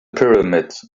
pyramids